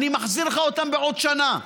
אני מחזיר לך אותם בעוד שנה.